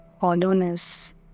hollowness